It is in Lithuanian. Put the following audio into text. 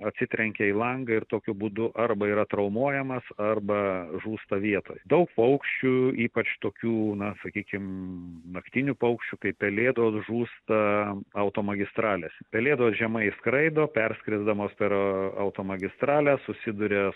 atsitrenkia į langą ir tokiu būdu arba yra traumuojamas arba žūsta vietoj daug paukščių ypač tokių na sakykim naktinių paukščių kaip pelėdos žūsta automagistralės pelėdos žemai skraido perskrisdamos per automagistralę susiduria